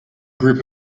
group